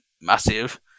massive